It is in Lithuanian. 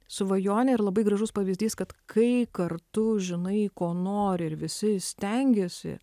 svajonė ir labai gražus pavyzdys kad kai kartu žinai ko nori ir visi stengiasi